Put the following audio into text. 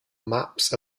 maps